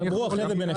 דברו ביניכם.